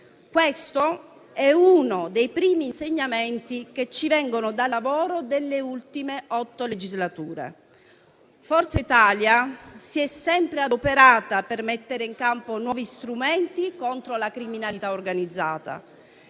questo è uno dei primi insegnamenti che ci vengono dal lavoro delle ultime otto legislature. Forza Italia si è sempre adoperata per mettere in campo nuovi strumenti contro la criminalità organizzata.